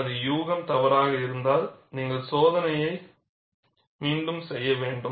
எனது யூகம் தவறாக இருந்தால் நீங்கள் சோதனையை மீண்டும் செய்ய வேண்டும்